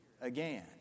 again